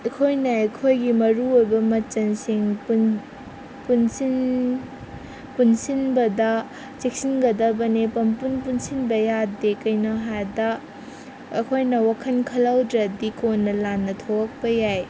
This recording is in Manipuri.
ꯑꯩꯈꯣꯏꯅ ꯑꯩꯈꯣꯏꯒꯤ ꯃꯔꯨ ꯑꯣꯏꯕ ꯃꯆꯟꯁꯤꯡ ꯄꯨꯟꯁꯤꯟ ꯄꯨꯟꯁꯤꯟꯕꯗ ꯆꯦꯛꯁꯤꯟꯒꯗꯕꯅꯦ ꯄꯪꯄꯨꯟ ꯄꯨꯟꯁꯤꯟꯕ ꯌꯥꯗꯦ ꯀꯩꯅꯣ ꯍꯥꯏꯕꯗ ꯑꯩꯈꯣꯏꯅ ꯋꯥꯈꯜ ꯈꯜꯍꯧꯗ꯭ꯔꯗꯤ ꯀꯣꯟꯅ ꯂꯥꯟꯅ ꯊꯣꯛꯂꯛꯄ ꯌꯥꯏ